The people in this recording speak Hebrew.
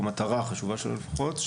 במטרה החשובה שלו לפחות,